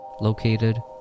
located